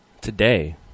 Today